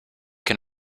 can